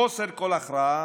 חוסר כל הכרעה,